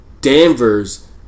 Danvers